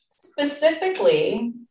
Specifically